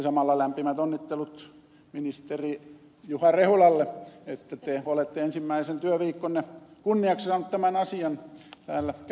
samalla lämpimät onnittelut ministeri juha rehulalle että te olette ensimmäisen työviikkonne kunniaksi saanut tämän asian täällä käsittelyyn